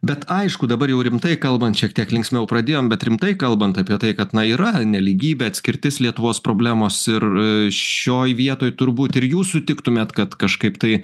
bet aišku dabar jau rimtai kalbant šiek tiek linksmiau pradėjom bet rimtai kalbant apie tai kad na yra nelygybė atskirtis lietuvos problemos ir šioj vietoj turbūt ir jūs sutiktumėt kad kažkaip tai